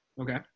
okay